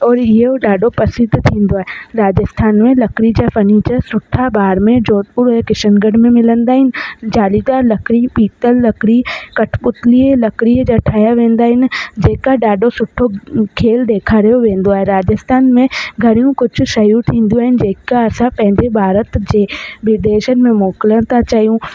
और इहो ॾाढो प्रसिद्ध थींदो आहे राजस्थान में लकिड़ी जा फर्निचर सुठा भाड़मेर जोधपुर ऐं किशनगढ़ में मिलंदा आहिनि जालीदार लकिड़ी पीतल लकिड़ी कठपुतली लकिड़ीअ जा ठाहिया वेंदा आहिनि जेका ॾाढो सुठो खेल ॾेखारे वेंदो आहे राजस्थान में घणियूं कुझु शयूं थींदियूं आहिनि जेका असां पंहिंजो भारत जे विदेशनि में मोकिलणु था चाहियूं